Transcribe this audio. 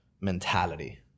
mentality